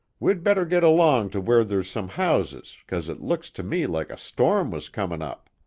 we'd better get along to where there's some houses cause it looks to me like a storm was comin up.